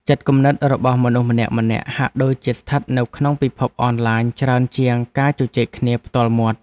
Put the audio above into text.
ចិត្តគំនិតរបស់មនុស្សម្នាក់ៗហាក់ដូចជាស្ថិតនៅក្នុងពិភពអនឡាញច្រើនជាងការជជែកគ្នាផ្ទាល់មាត់។